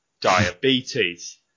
diabetes